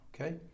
Okay